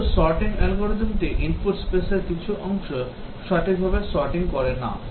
হয়তো sorting অ্যালগরিদমটি input স্পেসের কিছু অংশ সঠিকভাবে sorting করে না